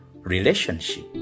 relationship